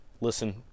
listen